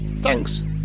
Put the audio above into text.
thanks